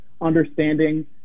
understanding